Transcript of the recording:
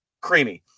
creamy